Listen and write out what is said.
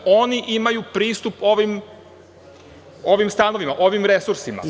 Oni imaju pristup ovim stanovima, ovim resursima…